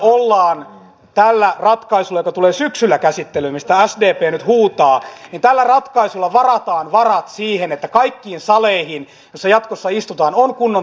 nyt tällä ratkaisulla joka tulee syksyllä käsittelyyn mistä sdp nyt huutaa varataan varat siihen että kaikkiin saleihin joissa jatkossa istutaan on kunnon tietotekniikkayhteydet